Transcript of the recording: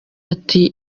ati